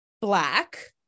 black